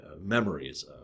memories